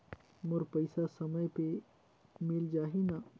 मोर पइसा समय पे मिल जाही न?